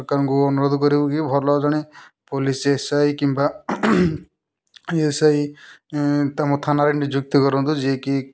ସରକାରଙ୍କୁ ଅନୁରୋଧ କରିବୁକି ଭଲ ଜଣେ ପୋଲିସ୍ ଏସ୍ ଆଇ କିମ୍ବା ଏ ଏସ୍ ଆଇ ଥାନାରେ ନୁଯୁକ୍ତି କରନ୍ତୁ ଯିଏକି